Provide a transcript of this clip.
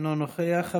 אינו נוכח.